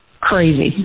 crazy